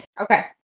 Okay